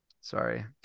sorry